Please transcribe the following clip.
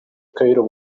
cairo